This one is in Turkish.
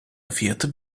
fiyatı